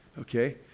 Okay